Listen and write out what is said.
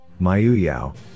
Mayuyao